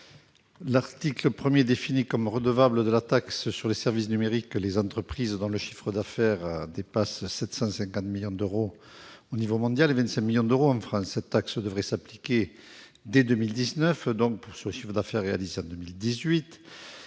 L'article 1 définit comme redevables de la taxe sur les services numériques les entreprises dont le chiffre d'affaires dépasse 750 millions d'euros au niveau mondial et 25 millions d'euros en France. Cette taxe devrait s'appliquer dès 2019, donc sur le chiffre d'affaires réalisé en 2018.